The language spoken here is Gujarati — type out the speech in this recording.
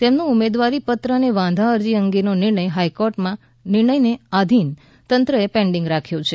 તેમનું ઉમેદવારીપત્ર અને વાંધા અરજી અંગેનો નિર્ણય હાઇકોર્ટના નિર્ણયને આધિનતંત્રએ પેઢ્ડિંગ રાખ્યો છે